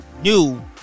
new